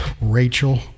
Rachel